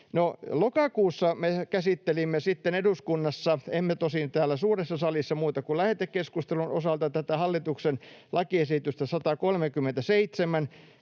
lokakuussa me käsittelimme sitten eduskunnassa — emme tosin täällä suuressa salissa muuta kuin lähetekeskustelun osalta — tätä hallituksen lakiesitystä